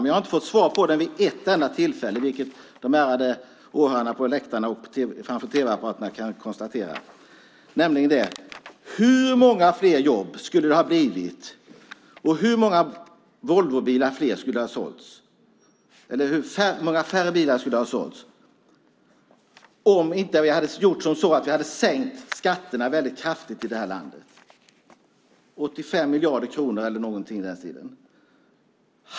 Men jag har inte fått svar på den vid ett enda tillfälle, vilket de ärade åhörarna på läktaren och tv-tittarna kan konstatera. Frågan är: Hur många färre jobb skulle det ha blivit, och hur många färre Volvobilar skulle det ha sålts om vi inte hade sänkt skatterna kraftigt i detta land - omkring 85 miljarder kronor?